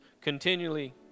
continually